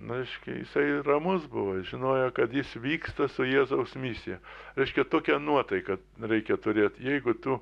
nu reiškia jisai ramus buvo žinojo kad jis vyksta su jėzaus misija reiškia tokia nuotaiką reikia turėt jeigu tu